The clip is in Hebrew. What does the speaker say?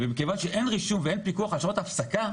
ומכיוון שאין רישום ואין פיקוח על שעות ההפסקה,